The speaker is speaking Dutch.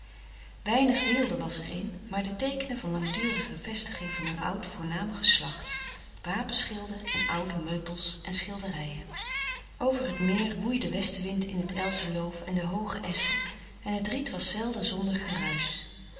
weinig weelde was er in maar de teekenen van langdurige vestiging van een oud voornaam geslacht wapenschilden en oude meubels en schilderijen over het meer woei de westenwind in het elzenloof en de hooge esschen en het riet was zelden zonder